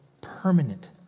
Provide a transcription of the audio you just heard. permanent